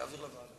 להעביר לוועדה.